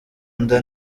nda